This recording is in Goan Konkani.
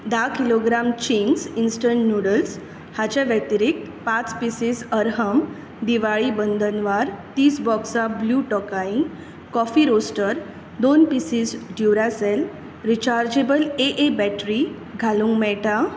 धा किलोग्राम चिंग्स इंस्टंट नूडल्स हांचे व्यतिरीक्त पांच पीसीस अरहम दिवाळी बंधनवार तीस बॉक्सां ब्लू टोकाई कॉफी रोस्टर दोन pieces Duracell rechargeable AA battery घालूंक मेळटा